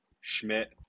Schmidt